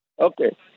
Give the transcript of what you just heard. Okay